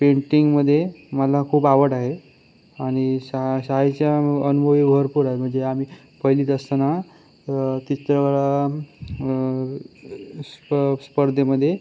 पेंटिंगमध्ये मला खूप आवड आहे आणि शाळ शाळेच्या अनुभवही भरपूर आहे म्हणजे आम्ही पहिलीत असताना चित्रकला स्प स्पर्धेमध्ये